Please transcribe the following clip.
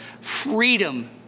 freedom